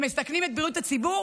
הם מסכנים את בריאות הציבור?